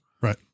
Right